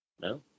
No